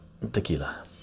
Tequila